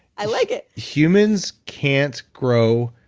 i like it. humans can't grow